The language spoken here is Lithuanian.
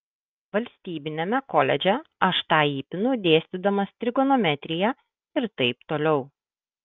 valstybiniame koledže aš tą įpinu dėstydamas trigonometriją ir taip toliau